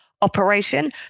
operation